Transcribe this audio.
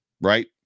right